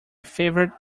favourite